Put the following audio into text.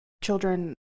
children